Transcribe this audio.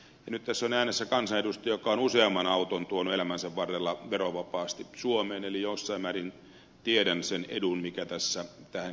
nyt tässä on äänessä kansanedustaja joka on usean auton tuonut elämänsä varrella verovapaasti suomeen eli jossain määrin tiedän sen edun mikä tähän kätkeytyy